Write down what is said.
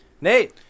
Nate